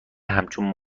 همچون